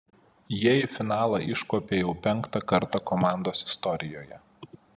jie į finalą iškopė jau penktą kartą komandos istorijoje